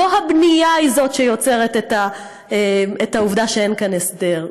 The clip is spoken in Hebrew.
לא הבנייה היא שיוצרת את העובדה שאין כאן הסדר,